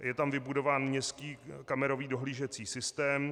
Je tam vybudován městský kamerový dohlížecí systém.